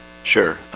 sure